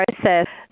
process